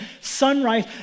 sunrise